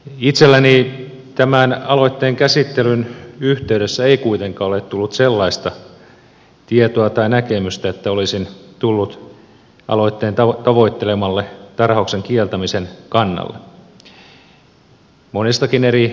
itselleni tämän aloitteen käsittelyn yhteydessä ei kuitenkaan ole tullut sellaista tietoa tai näkemystä että olisin tullut aloitteen tavoittelemalle tarhauksen kieltämisen kannalle monestakin eri syystä